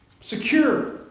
Secure